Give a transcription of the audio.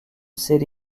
city